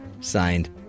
signed